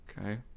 Okay